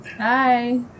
Hi